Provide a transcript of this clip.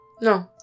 No